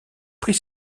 prit